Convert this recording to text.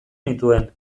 nituen